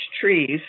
trees